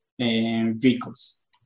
vehicles